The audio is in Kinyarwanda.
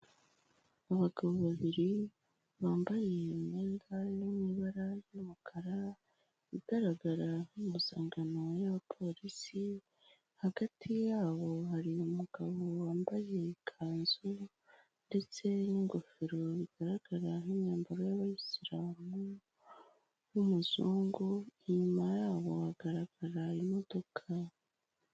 Abagabo babiri bambaye imyenda yo mu ibara ry'umukara igaragara nk'impuzankano y'abapolisi hagati yabo hari umugabo wambaye ikanzu ye ndetse n'ingofero bigaragara nk'imyambaro y'abayisilamu n'umuzungu, inyuma yabo hagaragara imodoka.